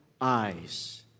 eyes